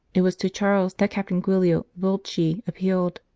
it was to charles that captain giulio beolchi appealed,